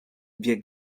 wir